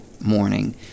morning